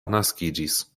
naskiĝis